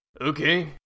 Okay